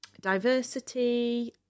diversity